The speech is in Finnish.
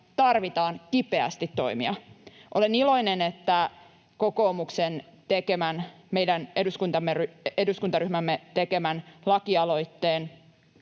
tarvitaan kipeästi toimia. Olen iloinen, että kokoomuksen tekemän, meidän eduskuntaryhmämme tekemän, lakialoitteen